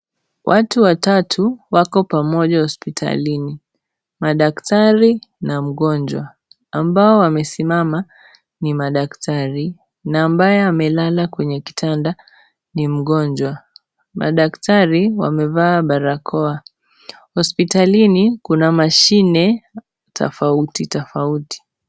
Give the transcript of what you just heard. Watu watatu wako pamoja hospitalini, madaktari na mgonjwa, ambao wamesimama ni madaktari na ambaye amelala kwenye kitanda ni mgonjwa. Madaktari wamevaa barakoa. Hospitalini kuna mashine, tofauti tofauti.